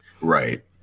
Right